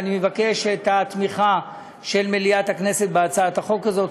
ואני מבקש את התמיכה של מליאת הכנסת בהצעת החוק הזאת.